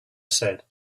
said